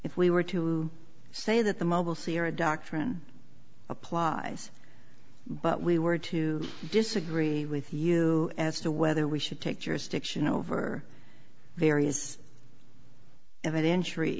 if we were to say that the mobile sirrah doctrine applies but we were to disagree with you as to whether we should take jurisdiction over various